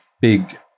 big